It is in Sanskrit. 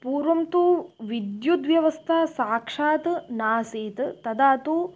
पूर्वं तु विद्युद्व्यवस्था साक्षात् नासीत् तदा तु